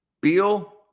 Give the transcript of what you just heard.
Beal